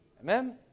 Amen